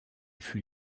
fut